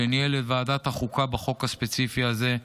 שניהל את ועדת החוקה בחוק הספציפי הזה,